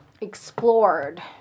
explored